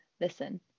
listen